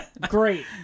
Great